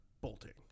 bolting